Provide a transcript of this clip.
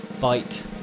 bite